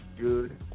good